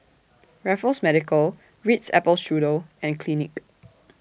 Raffles Medical Ritz Apple Strudel and Clinique